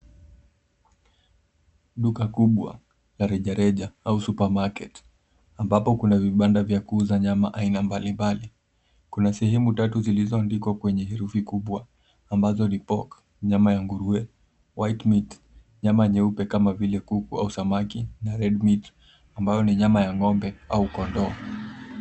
Duka kubwa la rejareja au (cs) supermarket(cs) ambapo kuna vibanda vya kuuza nyama ya aina mbali mbali. Kuna sehemu tatu zilizo andikwa kwenye herufi kubwa ambazo ni (cs) pork (cs) nyama ya nguruwe ,(cs)white meat(cs) kama vile kuku au samaki na (cs) red meat(cs) ambayo ni nyama ya ngome au kondoo.